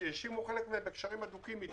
ואת חלקם האשימו בקשרים הדוקים איתי.